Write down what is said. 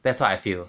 that's what I feel